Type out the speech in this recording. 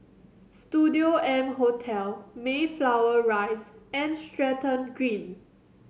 Studio M Hotel Mayflower Rise and Stratton Green